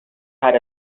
had